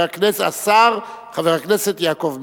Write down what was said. השר חבר הכנסת יעקב מרגי.